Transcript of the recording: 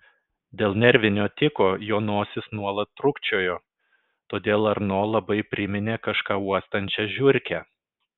dėl nervinio tiko jo nosis nuolat trūkčiojo todėl arno labai priminė kažką uostančią žiurkę